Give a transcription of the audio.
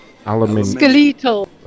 Skeletal